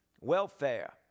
welfare